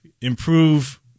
improve